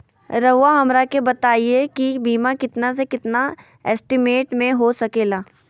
रहुआ हमरा के बताइए के बीमा कितना से कितना एस्टीमेट में हो सके ला?